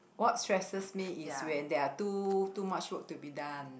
what stresses me is when there are too too much work to be done